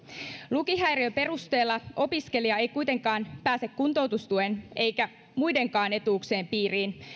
lukihäiriön perusteella opiskelija ei kuitenkaan pääse kuntoutustuen eikä muidenkaan etuuksien piiriin